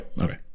Okay